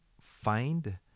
find